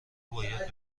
باید